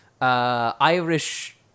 Irish